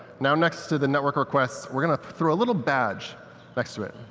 now next to the network requests, we throw a little badge next to it.